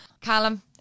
callum